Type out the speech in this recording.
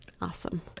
Awesome